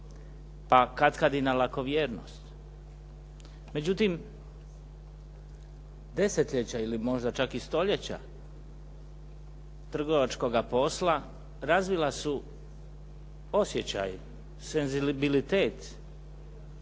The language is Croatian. pa katkad i na lakovjernost, međutim desetljeća ili možda čak i stoljeća trgovačkoga posla razvila su osjećaj, senzibilitet